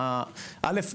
אל"ף,